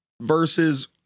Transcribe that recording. versus